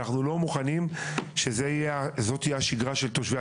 ואנחנו לא מוכנים שזאת תהיה השגרה של תושבי